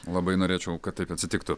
labai norėčiau kad taip atsitiktų